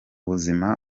buzima